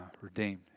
redeemed